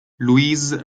louis